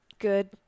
good